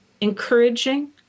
encouraging